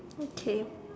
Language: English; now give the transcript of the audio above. okay